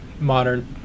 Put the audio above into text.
modern